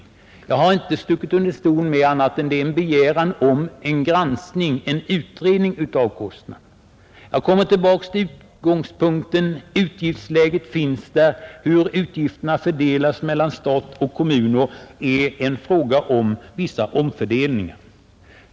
Jag har inte stuckit under stol med att detta är en begäran om en utredning av kostnaderna. Jag kommer tillbaka till min utgångspunkt: Utgifterna finns där; hur de fördelas mellan stat och kommuner är en fråga om vissa omfördelningar.